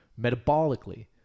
Metabolically